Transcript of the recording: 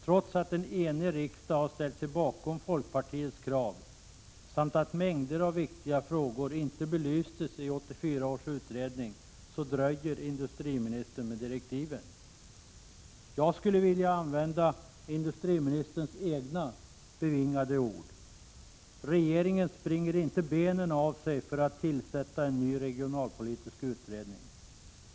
Trots att en enig riksdag har ställt sig bakom folkpartiets krav samt att mängder av viktiga frågor inte belystes i 1984 års utredning dröjer industriministern med direktiven. Jag skulle vilja använda industriministerns egna bevingade ord: Regeringen springer inte benen av sig för att tillsätta en ny regionalpolitisk utredning.